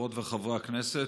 חברות וחברי הכנסת,